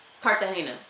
Cartagena